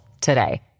today